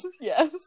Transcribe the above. yes